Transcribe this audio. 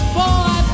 boy